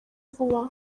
vuba